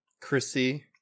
Chrissy